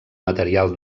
material